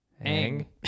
Hang